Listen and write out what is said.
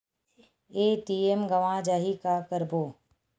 ATM गवां जाहि का करबो?